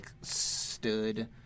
stood